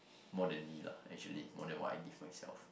more than me lah actually more than what I give myself